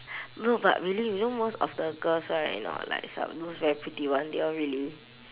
no but really you know most of the girls right you know like some~ those very pretty ones they all really